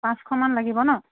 পাঁচশমান লাগিব ন'